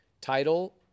title